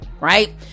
right